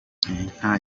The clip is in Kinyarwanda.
inka